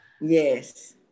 Yes